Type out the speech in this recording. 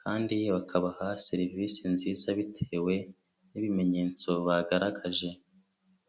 kandi bakabaha serivisi nziza, bitewe n'ibimenyetso bagaragaje.